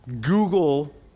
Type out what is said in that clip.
Google